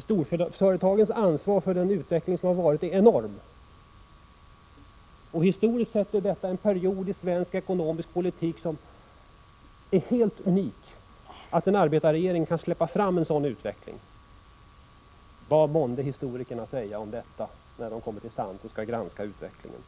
Storföretagens ansvar för den utveckling som har varit är enormt. Historiskt sett är detta en period i svensk ekonomisk politik som är helt unik, när en arbetarregering kan släppa fram en sådan utveckling. Vad månde historikerna säga om detta, när de kommer till sans och skall granska utvecklingen?